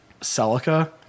Celica